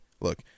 look